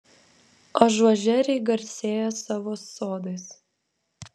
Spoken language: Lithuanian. ažuožeriai garsėja savo sodais